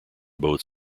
both